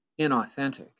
inauthentic